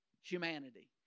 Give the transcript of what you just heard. humanity